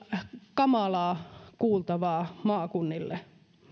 kamalaa kuultavaa maakunnille